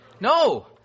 No